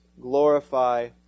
glorify